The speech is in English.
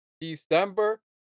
December